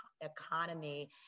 economy